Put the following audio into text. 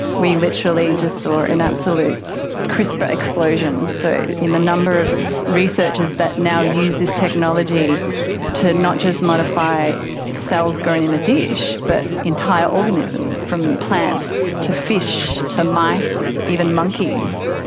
we literally just saw an absolute crispr explosion. so in the number of researchers that now use this technology to not just modify cells grown in a dish but entire organisms, from plants to fish to mice, even monkeys.